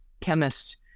chemist